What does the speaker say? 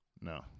No